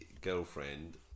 girlfriend